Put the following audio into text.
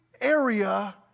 area